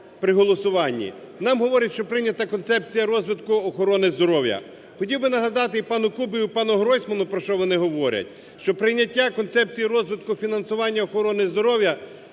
при голосуванні, нам говорить, що прийнята Концепція розвитку охорони здоров'я. Хотів би нагадати і пану Кубіву, і пану Гройсману, про що вони говорять, що прийняття Концепції розвитку фінансування охорони здоров'я